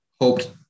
hoped